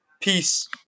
Peace